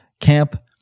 camp